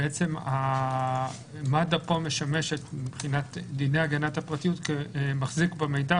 בעצם מד"א משמש פה מבחינת דיני הגנת הפרטיות כמחזיק במידע,